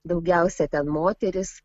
daugiausia ten moterys